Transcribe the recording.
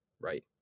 right